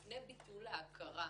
לפני ביטול ההכרה,